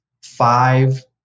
five